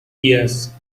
yes